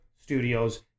studios